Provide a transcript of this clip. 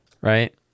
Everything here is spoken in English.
right